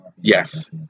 Yes